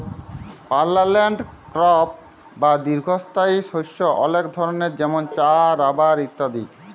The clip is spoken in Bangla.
পার্মালেল্ট ক্রপ বা দীঘ্ঘস্থায়ী শস্য অলেক ধরলের যেমল চাঁ, রাবার ইত্যাদি